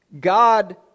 God